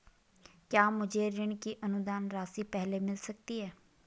क्या मुझे ऋण की अनुदान राशि पहले मिल सकती है?